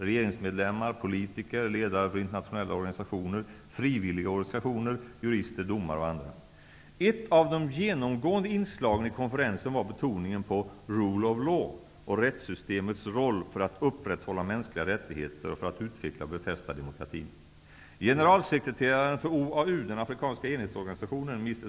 regeringsmedlemmar, politiker, ledare för internationella organisationer, frivilliga organisationer, jurister, domare och andra. Ett av de genomgående inslagen i konferensen var betoningen på ''rule of law'' och rättssystemets roll för att upprätthålla mänskliga rättigheter och för att utveckla och befästa demokratin. Generalsekreteraren för OAU, den afrikanska enhetsorganisationen, Mr.